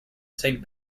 saint